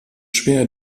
schwer